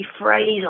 phrase